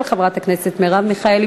של חברת הכנסת מרב מיכאלי.